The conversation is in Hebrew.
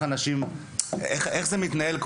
ואיך זה מתנהל.